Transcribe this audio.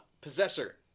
possessor